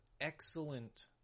excellent